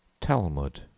Talmud